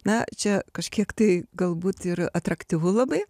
na čia kažkiek tai galbūt ir atraktyvu labai